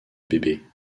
bébés